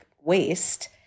waste